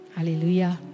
Hallelujah